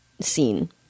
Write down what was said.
scene